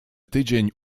tydzień